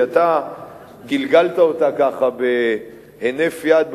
כי אתה גלגלת אותה כך בהינף יד,